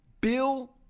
Bill